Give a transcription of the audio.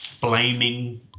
blaming